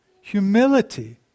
Humility